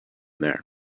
there